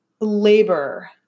labor